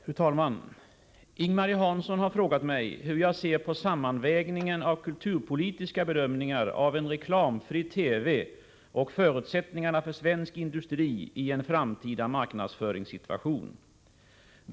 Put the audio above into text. Fru talman! Ing-Marie Hansson har frågat mig hur jag ser på sammanvägningen av kulturpolitiska bedömningar av en reklamfri TV och förutsättningarna för svensk industri i en framtida marknadsföringssituation.